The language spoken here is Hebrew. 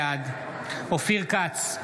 בעד אופיר כץ,